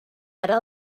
ara